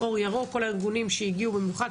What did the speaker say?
לאור ירוק, ולכל הארגונים שהגיעו במיוחד.